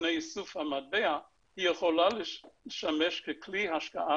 מפני ייסוף המטבע היא יכולה לשמש ככלי השקעה